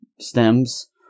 stems